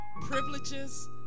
privileges